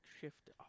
shift